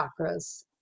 chakras